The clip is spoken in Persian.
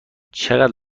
چقدر